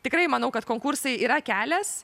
tikrai manau kad konkursai yra kelias